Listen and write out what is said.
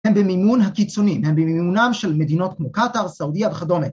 ‫הם במימון הקיצונים, הם במימונם ‫של מדינות כמו קטאר, סעודיה וכדומה.